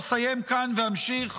אסיים כאן, ואמשיך